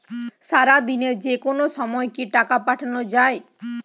সারাদিনে যেকোনো সময় কি টাকা পাঠানো য়ায়?